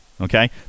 okay